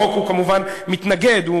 החוק כמובן מתנגד,